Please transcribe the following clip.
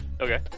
okay